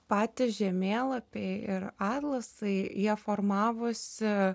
patys žemėlapiai ir atlasai jie formavosi